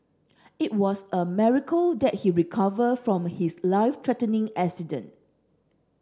it was a miracle that he recover from his life threatening accident